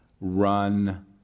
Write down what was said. run